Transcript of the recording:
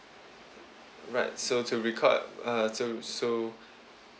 right so to record uh so so